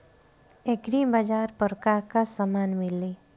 एग्रीबाजार पर का का समान मिली?